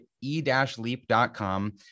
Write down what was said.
e-leap.com